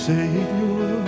Savior